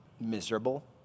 miserable